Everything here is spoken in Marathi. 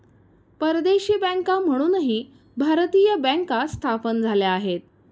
परदेशी बँका म्हणूनही भारतीय बँका स्थापन झाल्या आहेत